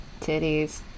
Titties